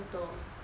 auto